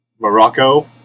Morocco